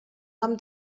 nom